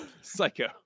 Psycho